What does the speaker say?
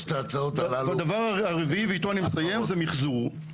הדבר הרביעי, ואתו אני מסיים, זה מחזור.